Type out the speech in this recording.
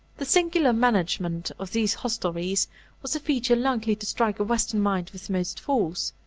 the singular management of these hostelries was the feature likely to strike a western mind with most force.